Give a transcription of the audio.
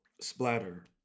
Splatter